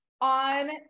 On